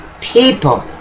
people